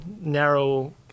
narrow